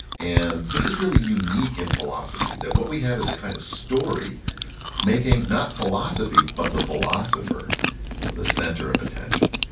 and this is really unique in philosophy. that what we have is a kind of story making, not philosophy, but the philosopher the center of attention.